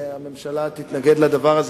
מכיוון שהממשלה כנראה תתנגד לזה,